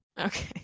Okay